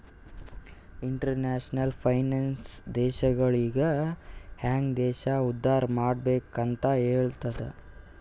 international finance ದೇಶಗೊಳಿಗ ಹ್ಯಾಂಗ್ ದೇಶ ಉದ್ದಾರ್ ಮಾಡ್ಬೆಕ್ ಅಂತ್ ಹೆಲ್ತುದ